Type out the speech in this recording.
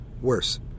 Worse